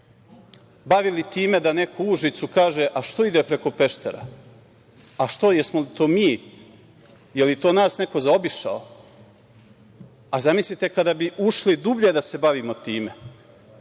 bavili time da neko u Užicu kaže - a što ide preko Peštera, a što jesmo li to mi, je li to nas neko zaobišao? A, zamislite kada bi ušli dublje da se bavimo time,